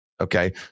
Okay